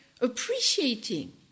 appreciating